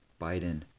Biden